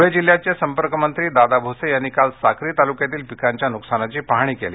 धुळे जिल्ह्याचे संपर्कमंत्री दादा भुसे यांनी काल साक्री तालुक्यातील पिकांच्या नुकसानीची पाहणी केली